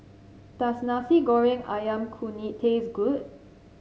does Nasi Goreng ayam Kunyit taste good